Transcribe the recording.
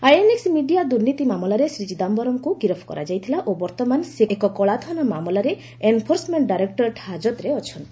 ଆଇଏନ୍ଏକୁ media ଦୁର୍ନୀତି ମାମଲାରେ ଶ୍ରୀ ଚିଦାୟରମ୍ଙ୍କୁ ଗିରଫ କରାଯାଇଥିଲା ଓ ବର୍ତ୍ତମାନ ସେ ଏକ କଳାଧନ ମାମଲାରେ ଏନ୍ଫୋର୍ସମେଣ୍ଟ ଡାଇରେକ୍ଟୋରେଟ୍ ହାଜତରେ ଅଛନ୍ତି